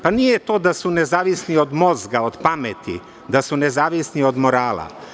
Pa, nije to da su nezavisni od mozga, od pameti, da su nezavisni od morala.